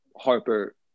Harper